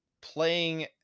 playing